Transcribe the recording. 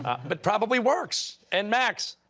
but probably works. and max?